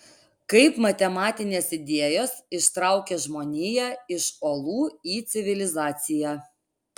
kaip matematinės idėjos ištraukė žmoniją iš olų į civilizaciją